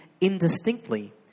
indistinctly